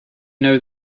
know